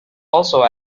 also